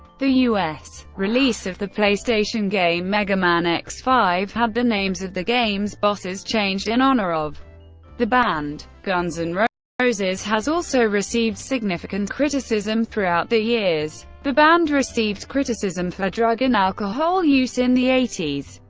the u s. release of the playstation game mega man x five had the names of the game's bosses changed in honor of the band. guns n' and roses has also received significant criticism throughout the years. the band received criticism for drug and alcohol use in the eighty s